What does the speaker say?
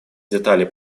детали